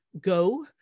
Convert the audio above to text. go